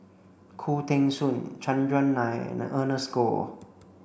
Khoo Teng Soon Chandran Nair and Ernest Goh